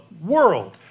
world